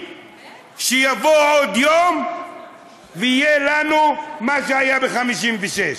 שיבוא עוד יום ויהיה לנו מה שהיה ב-1956.